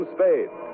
Spade